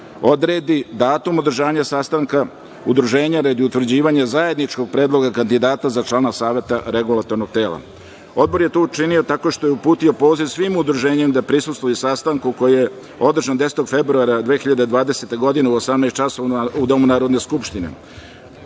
odredi datum održanja sastanka udruženja radi utvrđivanja zajedničkog predloga kandidata za člana Sveta REM. Odbor je to učinio tako što je uputio poziv svim udruženjima da prisustvuju sastanku koji je održan 10. februara 2020. godine u 18,00 časova u domu Narodne skupštine.